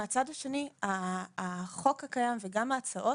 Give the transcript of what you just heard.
מהצד השני, החוק הקיים וגם ההצעות,